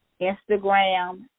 Instagram